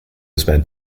spent